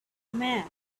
man